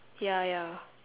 ya ya